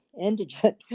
indigent